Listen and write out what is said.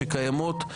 שקיימות.